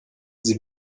sie